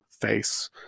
face